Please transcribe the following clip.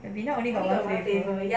ribena flavour got one flavour